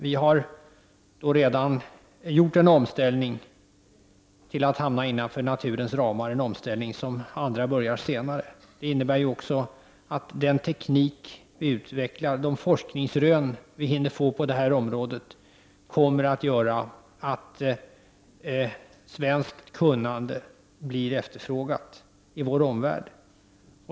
Vi har då redan gjort en omställning som medfört att vi hamnat innanför naturens ramar, en omställning som andra börjar senare. De forskningsrön som vi hinner få på det här området och den teknik vi hinner utveckla kommer att göra att svenskt kunnande blir efterfrågat i vår omvärld.